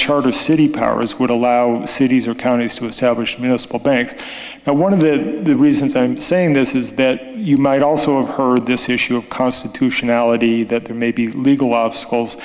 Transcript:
charter city powers would allow cities or counties to establish banks and one of the reasons i'm saying this is that you might also heard this issue of constitutionality that there may be legal obstacles